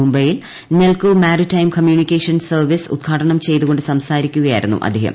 മുംബൈയിൽ Nelco maritime communication service ഉദ്ഘാടനം ചെയ്തുകൊണ്ട് സംസാരിക്കുകയായിരുന്നു അദ്ദേഹം